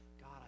God